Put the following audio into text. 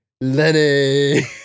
lenny